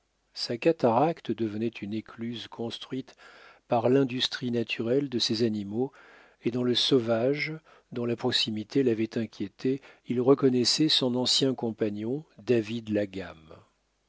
sa cataracte devenait une écluse construite par l'industrie naturelle de ces animaux et dans le sauvage dont la proximité l'avait inquiété il reconnaissait son ancien compagnon david